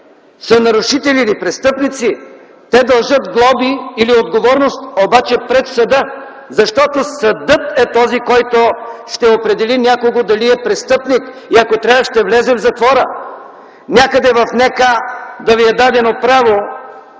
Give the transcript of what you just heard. са нарушители или престъпници, те дължат глоби или отговорност, обаче пред съда, защото съдът е този, който ще определи някого дали е престъпник и, ако трябва, ще влезе в затвора! Някъде в НК да ви е дадено право